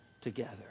together